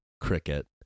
cricket